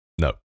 no